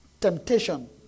temptation